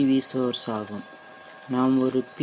we சோர்ஷ் ஆகும் நாம் ஒரு பி